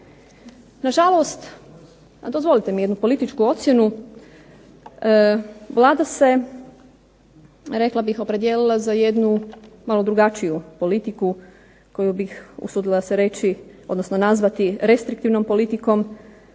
Na žalost, a dozvolite mi jednu političku ocjenu Vlada se rekla bih opredijelila za jednu malo drugačiju politiku koju bih usudila se reći, odnosno nazvati restriktivnom politikom